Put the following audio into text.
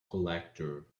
collector